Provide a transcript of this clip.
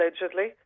allegedly